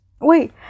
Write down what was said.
wait